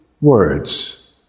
words